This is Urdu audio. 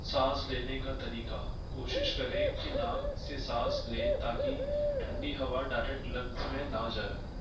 سانس لینے کا طریقہ کوشش کریں کہ ناک سے سانس لیں تاکہ ٹھنڈی ہوا ڈائریکٹ لنگس میں نہ جائےیں